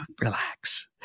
relax